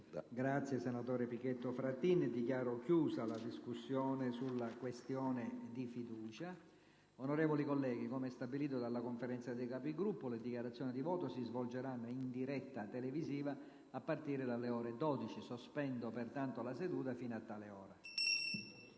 apre una nuova finestra"). Dichiaro chiusa la discussione sulla questione di fiducia posta dal Governo. Onorevoli colleghi, come stabilito dalla Conferenza dei Capigruppo, le dichiarazioni di voto si svolgeranno in diretta televisiva a partire dalle ore 12. Sospendo pertanto la seduta fino a tale ora.